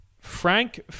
Frank